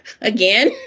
again